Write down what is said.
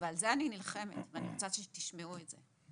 ועל זה אני נלחמת, ואני רוצה שתשמעו את זה,